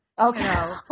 Okay